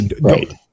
Right